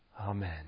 Amen